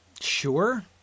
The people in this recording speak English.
Sure